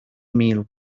meal